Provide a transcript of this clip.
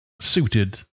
suited